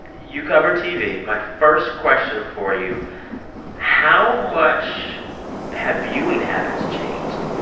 you cover tv. my first question for you how much have viewing habits changed?